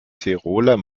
tiroler